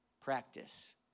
practice